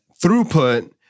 throughput